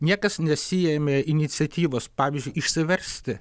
niekas nesiėmė iniciatyvos pavyzdžiui išsiversti